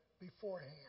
beforehand